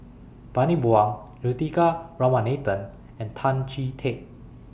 Bani Buang Juthika Ramanathan and Tan Chee Teck